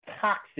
toxic